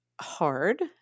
hard